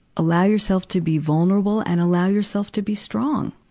allow yourself to be vulnerable and allow yourself to be strong.